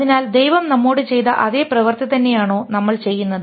അതിനാൽ ദൈവം നമ്മോട് ചെയ്ത അതേ പ്രവൃത്തി തന്നെയാണോ നമ്മൾ ചെയ്യുന്നത്